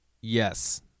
yes